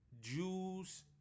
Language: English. Jews